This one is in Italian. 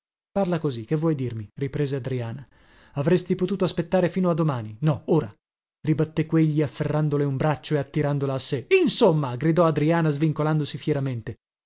parla così che vuoi dirmi riprese adriana avresti potuto aspettare fino a domani no ora ribatté quegli afferrandole un braccio e attirandola a sé insomma gridò adriana svincolandosi fieramente